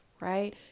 right